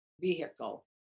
vehicle